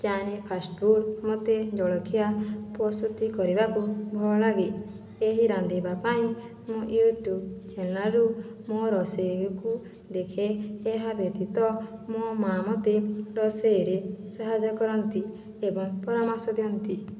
Chinese fast food ମୋତେ ଜଳଖିଆ ପ୍ରସ୍ତୁତି କରିବାକୁ ଭଳ ଲାଗେ ଏହି ରାନ୍ଧିବା ପାଇଁ ମୁଁ ୟୁଟ୍ୟୁବ ଚେନେଲରୁ ମୁଁ ରୋଷେଇକୁ ଦେଖେ ଏହା ବ୍ୟତୀତ ମୋ ମା ମୋତେ ରୋଷେଇରେ ସାହାଯ୍ୟ କରନ୍ତି ଏବଂ ପରାମର୍ଶ ଦିଅନ୍ତି